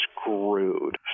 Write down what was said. screwed